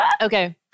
Okay